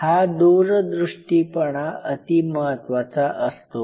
हा दूरदृष्टीपणा अतिमहत्वाचा असतो